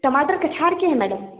टमाटर कछार के हैं मैडम